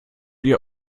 ihr